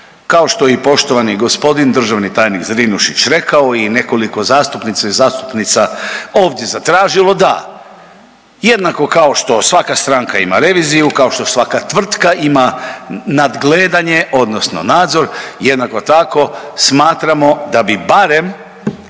kao što je i poštovani g. državni tajnik Zrinušić rekao i nekoliko zastupnica i zastupnika ovdje zatražilo da jednako kao što svaka stranka ima reviziju, kao što svaka tvrtka ima nadgledanje odnosno nadzor jednako tako smatramo da bi barem